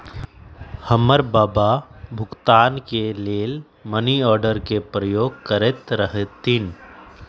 हमर बबा भुगतान के लेल मनीआर्डरे के प्रयोग करैत रहथिन